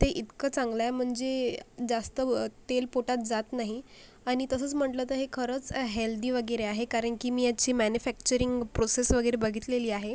ते इतकं चांगलं आहे म्हणजे जास्त तेल पोटात जात नाही आणि तसंच म्हटलं तर हे खरंच हेल्दी वगैरे आहे कारण की मी याची मॅनीफॅक्चरिंग प्रोसेस वगैरे बघतलेली आहे